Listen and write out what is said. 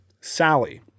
Sally